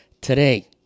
today